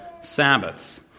Sabbaths